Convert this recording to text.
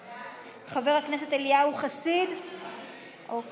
בעד, חבר הכנסת אליהו חסיד, בעד.